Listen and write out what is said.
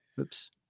Oops